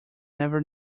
never